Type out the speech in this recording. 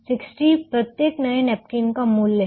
60 प्रत्येक नए नैपकिन का मूल्य है